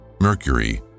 Mercury